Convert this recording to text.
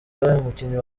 umukinyi